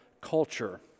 culture